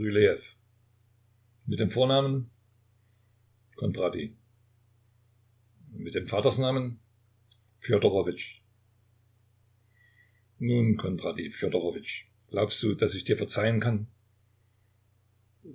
mit dem vornamen kondratij mit dem vatersnamen fjodorowitsch nun kondratij fjodorowitsch glaubst du daß ich dir verzeihen kann